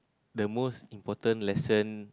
the most important lesson